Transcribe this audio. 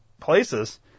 places